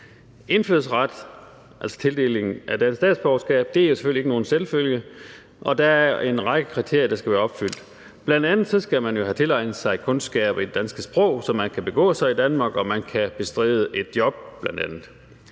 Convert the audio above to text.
Indfødsret, altså tildelingen af dansk statsborgerskab, er selvfølgelig ikke nogen selvfølge. Der er en række kriterier, der skal være opfyldt. Bl.a. skal man jo have tilegnet sig kundskaber i det danske sprog, så man kan begå sig i Danmark, og så man bl.a.